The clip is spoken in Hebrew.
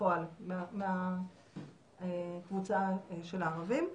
בפועל מהקבוצה של הערבים?